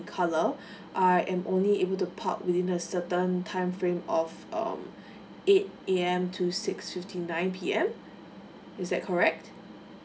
colour I am only able to park within a certain timeframe of um eight A_M to six fifty nine P_M is that correct